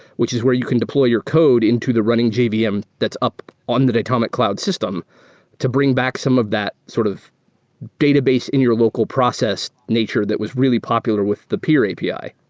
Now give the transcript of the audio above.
which is where you can deploy your code into the running jvm um that's up on the datomic cloud system to bring back some of that sort of database in your local process nature that was really popular with the peer api.